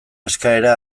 eskaera